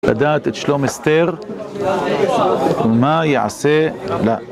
לדעת את שלום אסתר ומה יעשה...